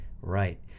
Right